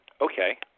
Okay